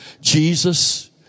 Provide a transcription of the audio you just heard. Jesus